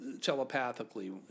telepathically